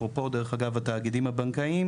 אפרופו דרך אגב התאגידים הבנקאיים,